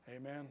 Amen